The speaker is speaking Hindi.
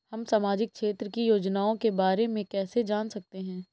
हम सामाजिक क्षेत्र की योजनाओं के बारे में कैसे जान सकते हैं?